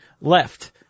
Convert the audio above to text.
left